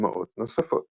דוגמאות נוספות